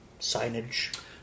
signage